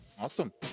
awesome